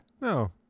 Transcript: No